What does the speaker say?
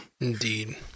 Indeed